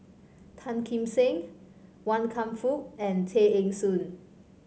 Tan Kim Seng Wan Kam Fook and Tay Eng Soon